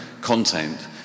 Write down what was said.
content